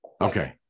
Okay